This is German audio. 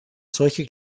solche